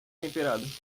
temperado